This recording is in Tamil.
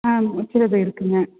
ஆ மொச்சை விதை இருக்குதுங்க